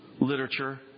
literature